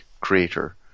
creator